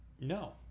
No